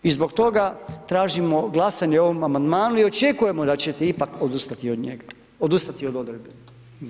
I zbog toga tražimo glasanje o ovom amandmanu i očekujemo da ćete ipak odustati od njega, odustati od odredbe.